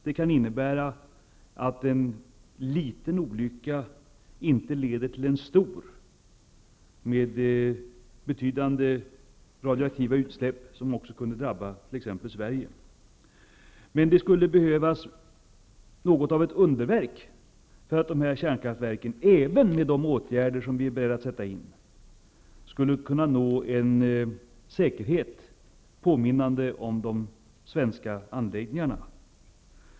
Det kan inebära att en liten olycka inte leder till en stor, med betydande radioaktivt utsläpp som också kan drabba Sverige. Men det skulle behövas något av ett underverk för att dessa kärnkraftverk, även med de åtgärder som vi är beredda att sätta in, skulle kunna få en säkerhet påminnande om de svenska anläggningarnas.